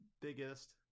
biggest